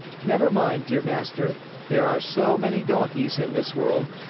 never mind, dear master. there are so many donkeys in this world.